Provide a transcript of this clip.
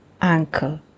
uncle